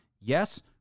Yes